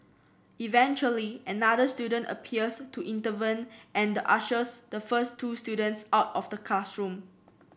eventually another student appears to intervene and ushers the first two students out of the classroom